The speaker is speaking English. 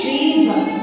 Jesus